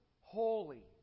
holy